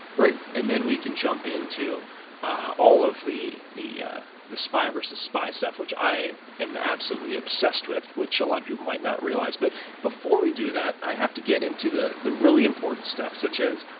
great. and then we can jump into all of the the ah spy-versus-spy stuff, which i am absolutely obsessed with, which a lot of you might not realize. but before we do that, i have to get into the the really important stuff, such as.